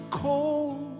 cold